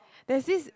there's this